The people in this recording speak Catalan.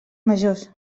majors